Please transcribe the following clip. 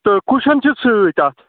تہٕ کُشَن چھِ سۭتۍ اَتھ